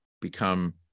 become